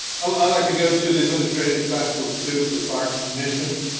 um i'd like to go to the administrative specialist too for the fire commission.